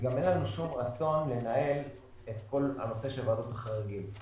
וגם אין לנו שום רצון לנהל את כל נושא ועדות החריגים.